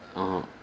err